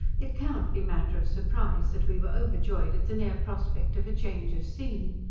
it cannot be matter of surprise that we were overjoyed at the near prospect of a change of scene.